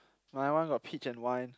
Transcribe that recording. my one got peach and wine